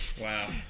Wow